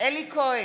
אלי כהן,